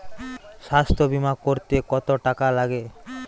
স্বাস্থ্যবীমা করতে কত টাকা লাগে?